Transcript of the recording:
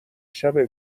شبه